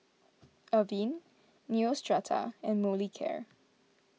Avene Neostrata and Molicare